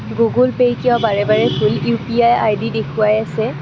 Google পে'ত কিয় বাৰে বাৰে ভুল ইউ পি আই আইডি দেখুৱাই আছে